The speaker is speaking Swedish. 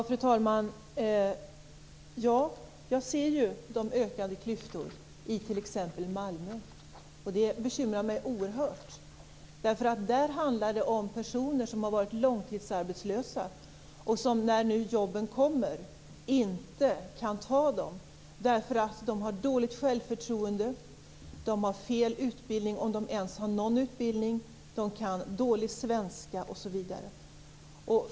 Fru talman! Ja, jag ser de ökande klyftorna i t.ex. Malmö. Det bekymrar mig oerhört. Där handlar det om personer som har varit långtidsarbetslösa. Det är personer som, när nu jobben kommer, inte kan ta dem därför att de har dåligt självförtroende, de har fel utbildning om de ens har någon och de kan dålig svenska.